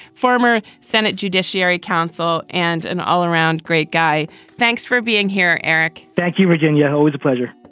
former senate judiciary counsel and an all around great guy thanks for being here, eric. thank you, virginia. always a pleasure.